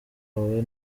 wawe